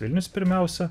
vilnius pirmiausia